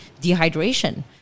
dehydration